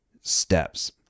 steps